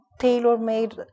tailor-made